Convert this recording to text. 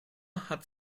hat